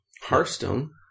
Hearthstone